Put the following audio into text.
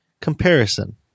comparison